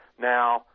now